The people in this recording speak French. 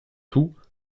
tout